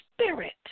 spirit